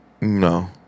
No